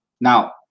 Now